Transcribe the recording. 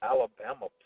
Alabama